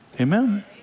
Amen